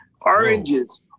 oranges